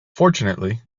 fortunately